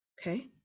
Okay